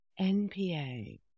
NPA